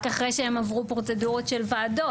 רק אחרי שהם עברו פרוצדורות של ועדות.